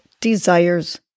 desires